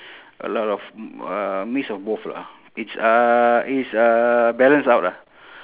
a lot of m~ uh mix of both lah it's uh it's uh balance out ah